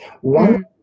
One